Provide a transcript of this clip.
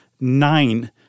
nine